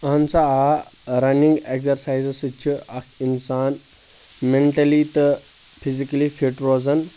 اہن سا آ رننِگ ایٚگزرسایزَس سۭتۍ چھِ اکھ انسان میٚنٹلی تہٕ فِزِکٔلی فٹ روزان